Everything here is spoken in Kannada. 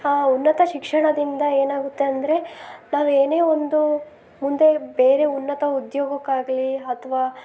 ಉನ್ನತ ಶಿಕ್ಷಣದಿಂದ ಏನಾಗುತ್ತೆ ಅಂದರೆ ನಾವು ಏನೇ ಒಂದು ಮುಂದೆ ಬೇರೆ ಉನ್ನತ ಉದ್ಯೋಗಕ್ಕಾಗ್ಲಿ ಅಥವಾ